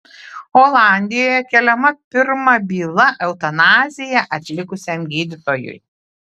olandijoje keliama pirma byla eutanaziją atlikusiam gydytojui